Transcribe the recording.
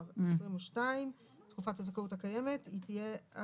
ההסתייגות נפלה.